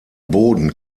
boden